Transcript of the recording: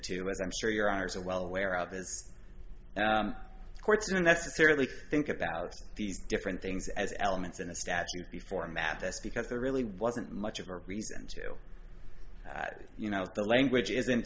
two as i'm sure your honour's are well aware of is courts don't necessarily think about these different things as elements in a statute before map this because there really wasn't much of a reason to at it you know the language isn't